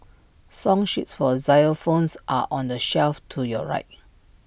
song sheets for xylophones are on the shelf to your right